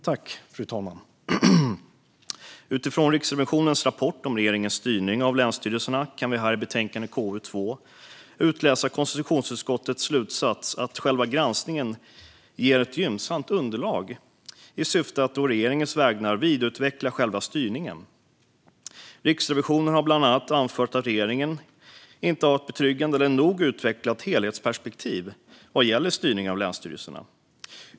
Fru talman! Utifrån Riksrevisionens rapport om regeringens styrning av länsstyrelserna kan vi här i betänkande KU2 utläsa konstitutionsutskottets slutsats att granskningen ger ett gynnsamt underlag i syfte att å regeringens vägnar vidareutveckla själva styrningen. Riksrevisionen har bland annat anfört att regeringen inte har ett betryggande eller nog utvecklat helhetsperspektiv vad gäller styrningen av länsstyrelserna.